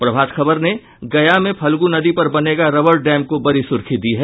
प्रभात खबर ने गया में फल्गु नदी पर बनेगा रबड़ डैम को बड़ी सुर्खी दी है